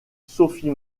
sophie